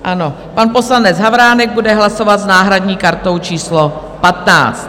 Ano, pan poslanec Havránek bude hlasovat s náhradní kartou číslo 15.